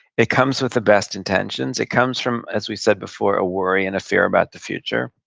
it comes with the best intentions. it comes from, as we said before, a worry and a fear about the future.